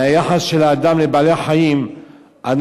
מהיחס של האדם לבעלי-החיים אנחנו